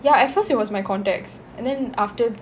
ya at first it was my contacts and then after